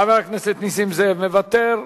חבר הכנסת נסים זאב, מוותר.